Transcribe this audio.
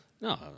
No